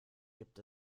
gibt